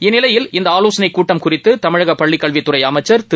இந்நிலையில் இந்தஆலோசனைகூட்டம் குறித்துமிழகபள்ளிக்கல்வித்துறைஅமைச்சர் திரு